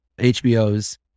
HBO's